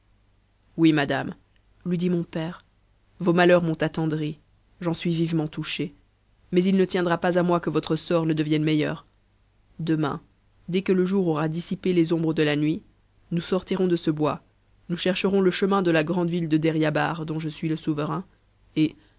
oui madame lui dit mon père vos malheurs m'ont attendri j n suis vivement louche mais il ne tiendra pas à moi que votre sort ne devienne meilleur demain dès que le jour aura dissipé les ombres de la nuit nous sortirons de ce bois nous chercherons le chemin de la grande ville de deryabar dont je suis le souverain et